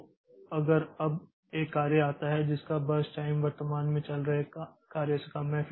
तो अगर अब एक कार्य आता है और जिसका बर्स्ट टाइम वर्तमान में चल रहे कार्य से कम है